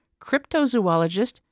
cryptozoologist